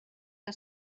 que